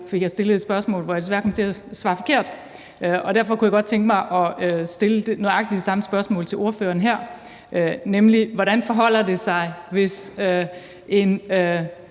partikolleger, hvor jeg desværre kom til at svare forkert. Derfor kunne jeg godt tænke mig at stille nøjagtig det samme spørgsmål til ordføreren her: Hvordan forholder det sig, hvis en